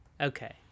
Okay